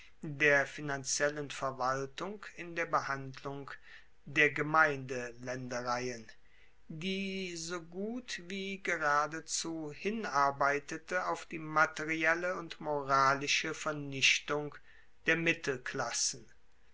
der finanziellen verwaltung in der behandlung der gemeindelaendereien die so gut wie geradezu hinarbeitete auf die materielle und moralische vernichtung der